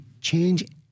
change